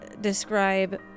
describe